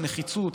הנחיצות,